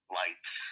lights